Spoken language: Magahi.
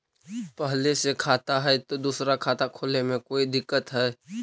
पहले से खाता है तो दूसरा खाता खोले में कोई दिक्कत है?